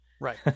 Right